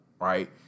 right